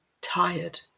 Tired